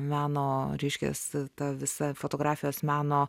meno reiškias ta visa fotografijos meno